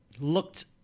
looked